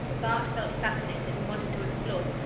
bart felt fascinated, and wanted to explore,